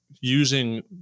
using